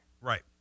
Right